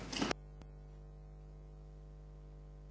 Hvala vam